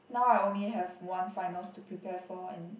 now I only have one finals to prepare for and